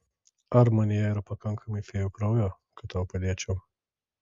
ar manyje yra pakankamai fėjų kraujo kad tau padėčiau